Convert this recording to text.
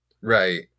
Right